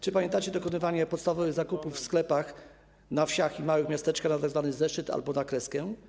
Czy pamiętacie dokonywanie podstawowych zakupów w sklepach na wsiach i w małych miasteczkach na tzw. zeszyt albo na kreskę?